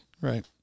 right